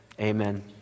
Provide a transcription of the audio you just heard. amen